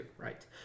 right